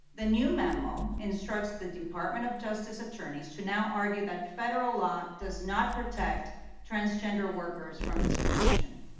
the new memo instructs the department of justice attorneys to now argue that federal law does not protect transgendered workers from discrimination.